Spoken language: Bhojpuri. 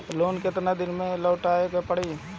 लोन केतना दिन में लौटावे के पड़ी?